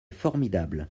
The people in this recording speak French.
formidable